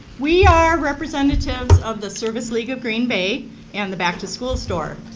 we are representatives of the service league of green bay and the back to school store.